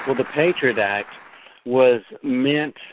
the patriot act was meant,